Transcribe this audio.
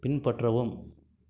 பின்பற்றவும்